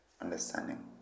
understanding